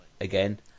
again